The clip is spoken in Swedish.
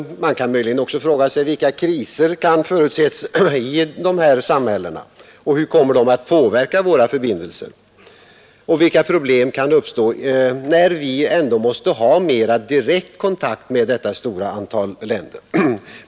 Man kan möjligen också fråga sig: Vilka kriser kan förutses i de här samhällena och hur kommer de att påverka våra förbindelser? Vilka problem kan uppstå när vi ändå måste ha m>ra direkt kontakt med detta stora antal länder?